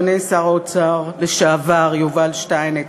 אדוני שר האוצר לשעבר יובל שטייניץ,